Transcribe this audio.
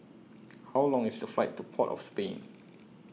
How Long IS The Flight to Port of Spain